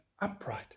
upright